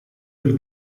quel